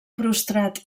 frustrat